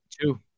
two